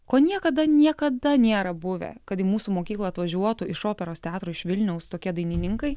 ko niekada niekada nėra buvę kad į mūsų mokyklą atvažiuotų iš operos teatro iš vilniaus tokie dainininkai